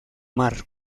mar